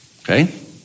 Okay